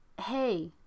hey